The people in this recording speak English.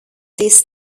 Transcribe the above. this